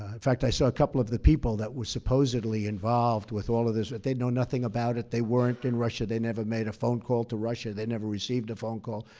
in fact, i saw a couple of the people that were supposedly involved with all of this but they know nothing about it. they weren't in russia, they never made a phone call to russia, they never received a phone call.